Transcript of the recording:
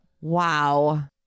Wow